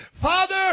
Father